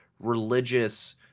religious